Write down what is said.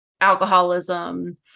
alcoholism